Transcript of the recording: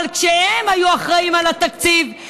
אבל כשהם היו אחראים לתקציב,